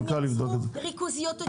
הם יצרו ריכוזיות.